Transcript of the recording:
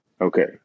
Okay